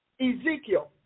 Ezekiel